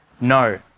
No